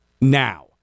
now